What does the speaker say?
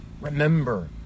Remember